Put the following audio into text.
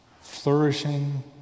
flourishing